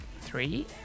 three